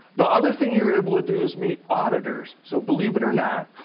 the other thing you were able to do is meet auditors. so, believe it or not,